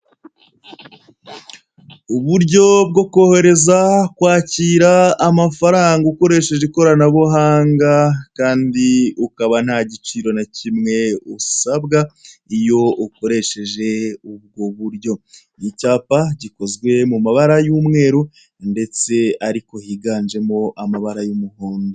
Uburyo bwo kohereza, kwakira amafaranga ukoresheje ikoranabuhanga, kandi ukaba nta giciro na kimwe usabwa, iyo ukoresheje ubwo buryo. Ni icyapa gikozwe mu mabara y'umweru, ndetse ariko higanjemo amabara y'umuhondo.